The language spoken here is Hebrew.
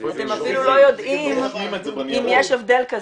אתם אפילו לא יודעים אם יש הבדל כזה.